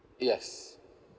yes